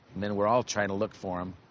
and then we're all trying to look for him,